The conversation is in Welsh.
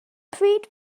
pryd